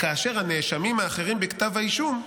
כאשר הנאשמים האחרים בכתב האישום,